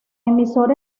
emisora